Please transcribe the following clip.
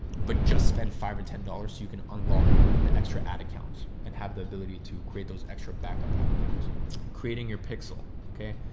but just spend five or ten dollars so you can unlock the extra ad accounts and have the ability to create those extra backup ad accounts and creating your pixel. okay?